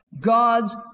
God's